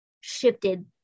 shifted